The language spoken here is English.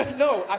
no,